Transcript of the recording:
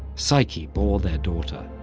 psyche bore their daughter.